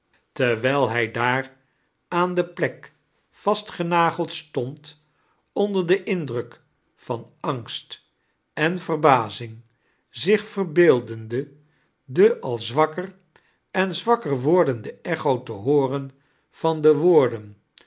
terwgl hij daar aan de plek vastgenageld stand onder den indruk van angst en verbazing zich verbeeldende de al zwakker en zwakker wordende echo te hooren van de woorden